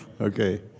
Okay